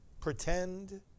pretend